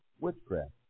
Witchcraft